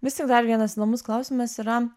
vis tik dar vienas įdomus klausimas yra